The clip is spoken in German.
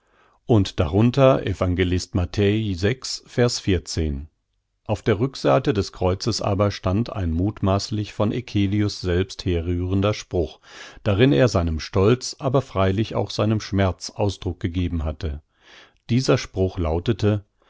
und darunter evangelist ma auf der rückseite des kreuzes aber stand ein muthmaßlich von eccelius selbst herrührender spruch darin er seinem stolz aber freilich auch seinem schmerz ausdruck gegeben hatte dieser spruch lautete